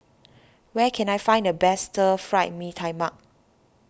where can I find the best Stir Fried Mee Tai Mak